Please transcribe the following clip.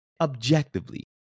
objectively